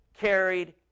carried